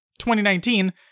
2019